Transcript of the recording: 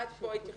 עד פה התייחסותי,